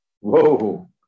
Whoa